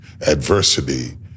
adversity